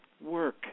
work